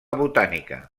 botànica